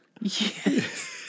Yes